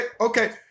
okay